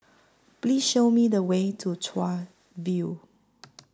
Please Show Me The Way to Chuan View